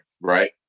right